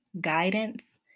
guidance